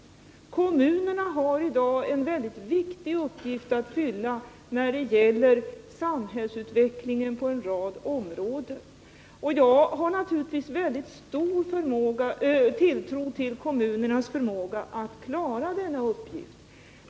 Kommunerna har i dag en mycket viktig uppgift att fylla när det gäller samhällsutvecklingen på en rad områden. Jag har naturligtvis mycket stor tilltro till kommunernas förmåga att klara denna uppgift.